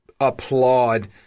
applaud